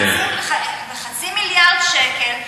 שהסתכמו בחצי מיליארד שקל,